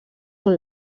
són